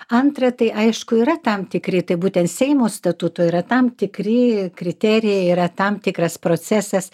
antrą tai aišku yra tam tikri tai būtent seimo statuto yra tam tikri kriterijai yra tam tikras procesas